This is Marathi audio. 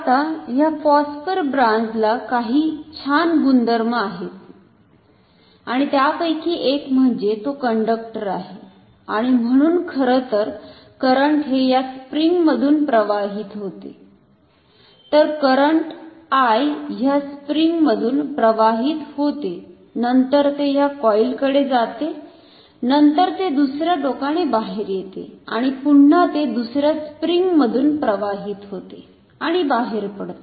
आता ह्या फॉस्फर ब्रॉंझ ला काही छान गुणधर्म आहेत आणि त्यापैकी एक म्हणजे तो कंडक्टर आहे आणि म्हणून खरंतर करंट हे या स्प्रिंग मधुन प्रवाहित होते तर करंट I ह्या स्प्रिंग मधुन प्रवाहित होते नंतर ते ह्या कॉईल कडे जाते नंतर ते दुसऱ्या टोकाने बाहेर येते आणि पुन्हा ते दुसऱ्या स्प्रिंग मधुन प्रवाहित होते आणि बाहेर पडते